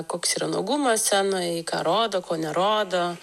koks yra nuogumas scenoj ką rodo ko nerodo